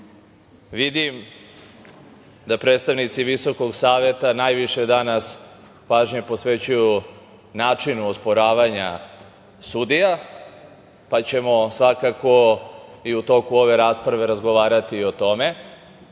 vidim da predstavnici Visokog saveta najviše danas pažnje posvećuju načinu osporavanja sudija, pa ćemo svakako i u toku ove rasprave razgovarati o